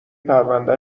پرونده